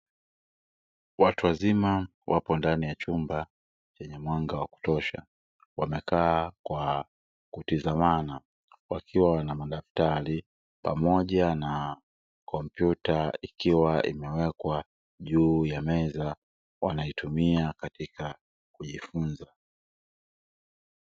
Watu wazima wapo ndani ya chumba chenye mwanga wa kutosha, wamekaa kwa kutizamana wakiwa wana madaftari pamoja na kompyuta ikiwa imewekwa juu ya meza; wanaitumia katika kujifunza.